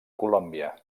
colòmbia